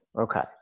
Okay